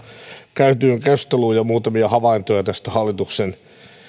käytyyn keskusteluun ja muutamia havaintoja tästä hallituksen